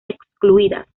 excluidas